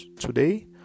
today